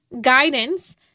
guidance